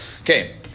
Okay